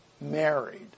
married